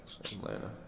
Atlanta